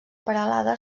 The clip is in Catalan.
peralada